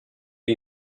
gli